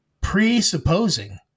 presupposing